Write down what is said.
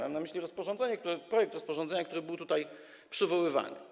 Mam na myśli rozporządzenie, projekt rozporządzenia, który był tutaj przywoływany.